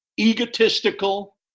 egotistical